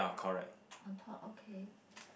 on top okay